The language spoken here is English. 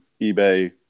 eBay